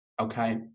okay